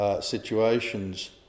situations